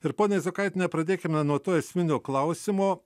ir ponia izokaitiene pradėkime nuo to esminio klausimo